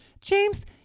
James